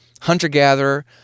hunter-gatherer